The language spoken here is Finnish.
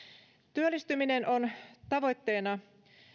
työllistyminen on tavoitteena